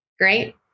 great